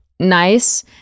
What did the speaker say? nice